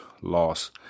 loss